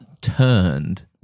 turned